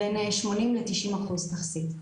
בין 80% ל-90% תכסית.